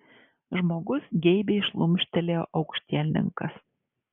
žmogus geibiai šlumštelėjo aukštielninkas